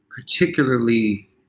particularly